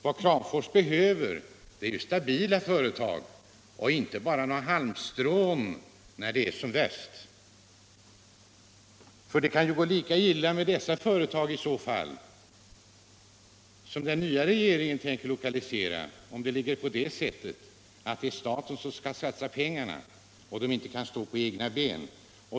Vad Kramfors behöver är stabila företag, inte bara några halmstrån när det är som värst. Det kan ju gå lika illa med de företag som den nya regeringen tänker lokalisera dit, om staten skall satsa pengarna och de inte kan stå på egna ben.